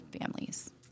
families